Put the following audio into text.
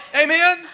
amen